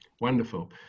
Wonderful